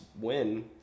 win